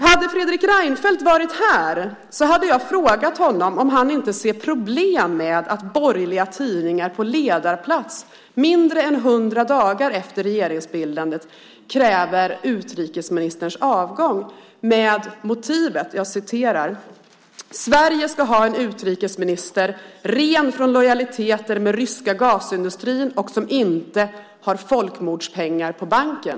Hade Fredrik Reinfeldt varit här hade jag frågat honom om han inte ser problem med att borgerliga tidningar på ledarplats mindre än hundra dagar efter regeringsbildandet kräver utrikesministerns avgång med motivet: Sverige ska ha en utrikesminister som är ren från lojaliteter med ryska gasindustrin och som inte har folkmordspengar på banken.